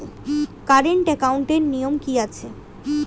Current একাউন্টের নিয়ম কী আছে?